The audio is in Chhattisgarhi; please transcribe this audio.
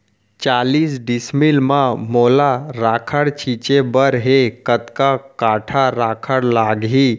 चालीस डिसमिल म मोला राखड़ छिंचे बर हे कतका काठा राखड़ लागही?